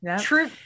True